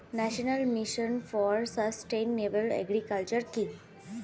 National mission for sustainable agriculture কি?